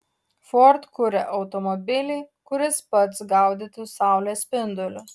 ford kuria automobilį kuris pats gaudytų saulės spindulius